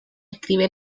escribe